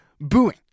booing